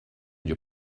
your